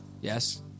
yes